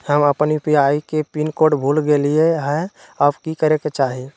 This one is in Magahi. हम अपन यू.पी.आई के पिन कोड भूल गेलिये हई, अब की करे के चाही?